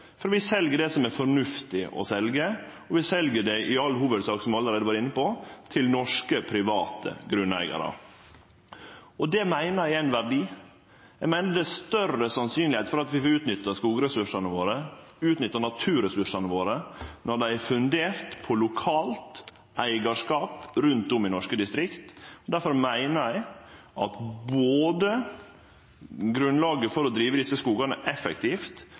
Vi sel det som er fornuftig å selje, og vi sel det i all hovudsak – som eg allereie har vore inne på – til norske, private grunneigarar. Det meiner eg er ein verdi. Det er meir sannsynleg for at vi får utnytta skogressursane våre – utnytta naturressursane våre – når dei er funderte på lokalt eigarskap rundt om i norske distrikt. Difor meiner eg at både grunnlaget for å drive desse skogane effektivt,